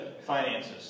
finances